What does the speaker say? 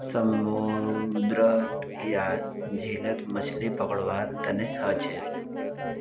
समूंदरत या झीलत मछली पकड़वार तने हछेक